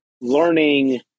learning